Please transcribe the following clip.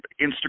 Instagram